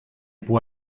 può